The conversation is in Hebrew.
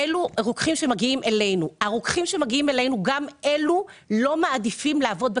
הרוקחים שמגיעים אלינו לא מעדיפים לעבוד בקהילה,